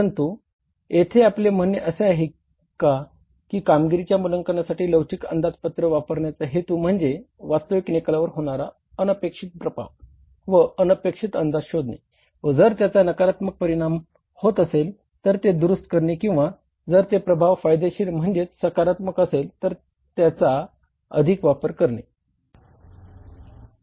परंतु यथे आपले म्हणणे असे आहे का की कामगिरीच्या मूल्यांकनासाठी लवचिक अंदाजपत्रक वापरण्याचा हेतू म्हणजे वास्तविक निकालावर होणारा अनपेक्षित प्रभाव व अनपेक्षित अंदाज शोधणे व जर त्याचा नकारात्मक परिणाम होत असेल तर ते दुरुस्त करणे किंवा जर ते प्रभाव फायदेशीर म्हणजेच सकारात्मक असेल तर त्याचा अधिक वापर करणे